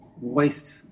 waste